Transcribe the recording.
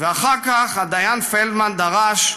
ואחר כך, הדיין פלדמן דרש ואמר: